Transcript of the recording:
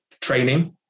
training